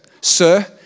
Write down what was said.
Sir